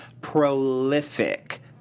prolific